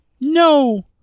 no